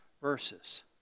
verses